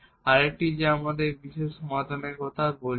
আরেকটি যা আমরা বিশেষ সমাধানের কথা বলছি